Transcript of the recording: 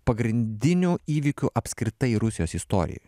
pagrindiniu įvykiu apskritai rusijos istorijoj